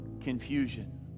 confusion